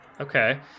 Okay